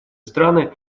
страны